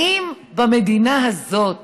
האם במדינה הזאת